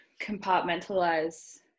compartmentalize